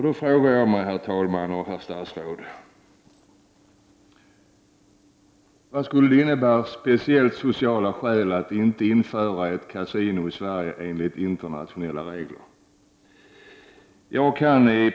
Då frågar jag mig, herr talman och herr statsråd, vad det finns för speciellt sociala skäl emot ett införande i Sverige av ett kasino enligt internationella regler.